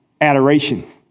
adoration